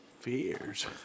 Fears